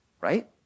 right